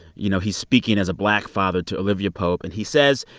you know, he's speaking as a black father to olivia pope, and he says,